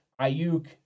Ayuk